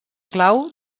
clau